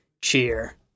cheer